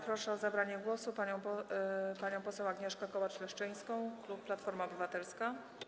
Proszę o zabranie głosu panią poseł Agnieszkę Kołacz-Leszczyńską, klub Platforma Obywatelska.